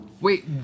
wait